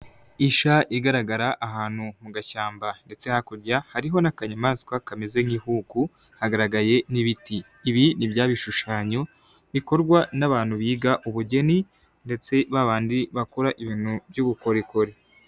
Isha igaragara ahantu mu gashyamba, ndetse hakurya hariho n'akanyamaswa kameze nk'ihuku hagaragaye n'ibiti. Ibi ni bya bishushanyo, bikorwa n'abantu biga ubugeni, ndetse babandi bakora ibintu by'ubukorikori.